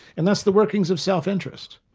and that's the workings of self-interest.